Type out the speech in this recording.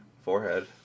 Forehead